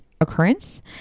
occurrence